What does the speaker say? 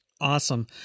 Awesome